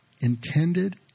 intended